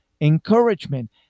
encouragement